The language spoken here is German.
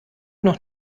noch